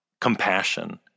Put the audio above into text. compassion